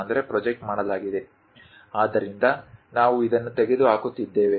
ಆದ್ದರಿಂದ ನಾವು ಇದನ್ನು ತೆಗೆದುಹಾಕುತ್ತಿದ್ದೇವೆ